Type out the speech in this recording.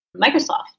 Microsoft